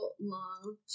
long